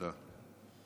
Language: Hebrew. תודה.